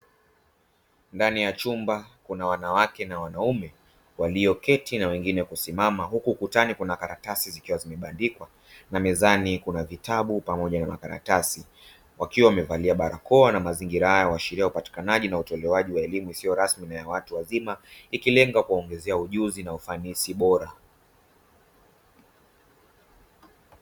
Ndani ya chumba kuna wanawake na wanaume walioketi na wengine kusimama huku ukutani kuna karatasi zikiwa zimebandikwa na mezani kuna vitabu pamoja na makaratasi, wakiwa wamevalia barakoa na mazingira haya huashiria upatikanaji na utolewaji wa elimu isiyo rasmi na ya watu wazima ikilenga kuwaongezea ujuzi na ufanisi bora.